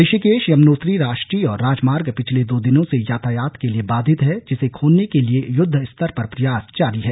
ऋषिकेश यमुनोत्री राष्ट्रीय राजमार्ग पिछले दो दिनों से यातायात के लिए बाधित है जिसे खोलने के लिए युद्वस्तर पर प्रयास जारी हैं